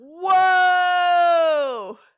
whoa